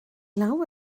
law